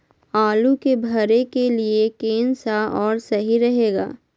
आलू के भरे के लिए केन सा और सही रहेगा?